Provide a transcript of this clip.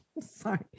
Sorry